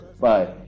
Bye